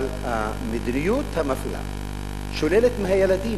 אבל המדיניות המפלה שוללת מהילדים,